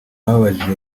babajije